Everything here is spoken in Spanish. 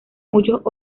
muchos